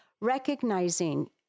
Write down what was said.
recognizing